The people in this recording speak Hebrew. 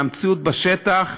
מהמציאות בשטח.